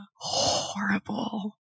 Horrible